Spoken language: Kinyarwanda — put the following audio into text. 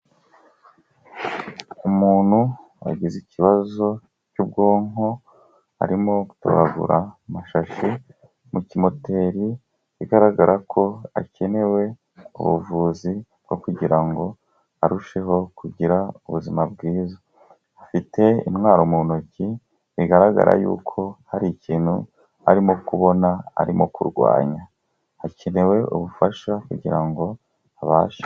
Umuntu wagize ikibazo cy'ubwonko arimo gutoragura amashashi mu kimoteri bigaragara ko akenewe ubuvuzi bwo kugira ngo arusheho kugira ubuzima bwiza. Afite intwaro mu ntoki bigaragara yuko hari ikintu arimo kubona arimo kurwanya. Hakenewe ubufasha kugira ngo abashe.